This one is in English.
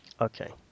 Okay